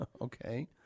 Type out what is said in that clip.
Okay